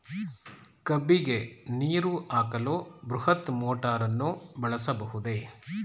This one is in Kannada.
ಕಬ್ಬಿಗೆ ನೀರು ಹಾಕಲು ಬೃಹತ್ ಮೋಟಾರನ್ನು ಬಳಸಬಹುದೇ?